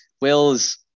Will's